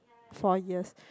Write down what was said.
four years